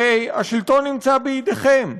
הרי השלטון נמצא בידיכם.